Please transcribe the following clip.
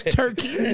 turkey